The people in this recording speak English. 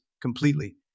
completely